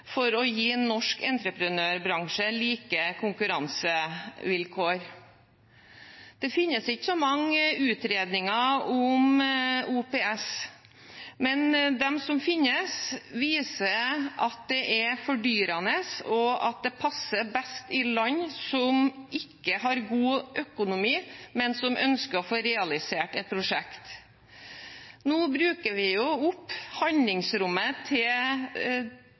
for å gi norsk entreprenørbransje like konkurransevilkår. Det finnes ikke så mange utredninger om OPS, men de som finnes, viser at det er fordyrende, og at det passer best i land som ikke har god økonomi, men som ønsker å få realisert et prosjekt. Nå bruker vi jo opp handlingsrommet til